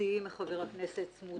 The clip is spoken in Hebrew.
משפטי עם חבר הכנסת סמוטריץ,